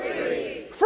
free